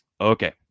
Okay